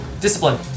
discipline